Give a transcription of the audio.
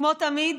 כמו תמיד,